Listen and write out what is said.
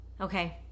Okay